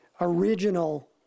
original